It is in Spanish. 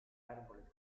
árboles